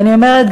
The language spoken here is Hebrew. ואני אומרת,